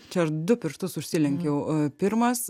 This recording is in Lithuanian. čia aš du pirštus užsilenkiau a pirmas